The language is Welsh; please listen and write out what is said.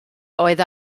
oedd